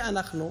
מי אנחנו,